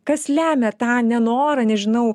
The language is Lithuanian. kas lemia tą nenorą nežinau